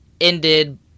ended